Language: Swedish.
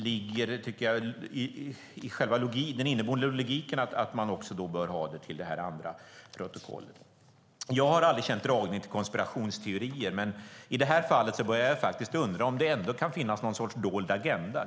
Jag tycker att det ligger i den inneboende logiken att man då också bör ha det till det andra protokollet. Jag har aldrig känt någon dragning till konspirationsteorier. Men i detta fall börjar jag faktiskt undra om det ändå kan finnas någon sorts dold agenda.